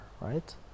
right